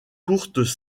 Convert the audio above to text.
courtes